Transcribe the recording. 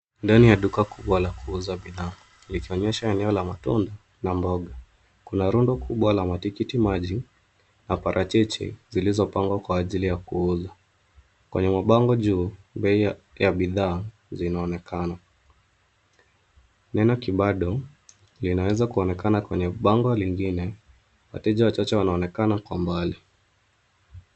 Ndani ya duka kubwa ya kuuza bidhaa likionyesha eneo la matunda na mboga. Kuna rundo kubwa la matikiti maji na parachichi zilizopangwa kwa ajili ya kuuza. Kwenye mabango juu bei ya bidhaa zinaonekana. Neno Kibado linaweza kunaonekana kwenye bango lingine. Wateja wachache wanaonekana kwa mbali.